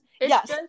yes